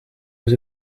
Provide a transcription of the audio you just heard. was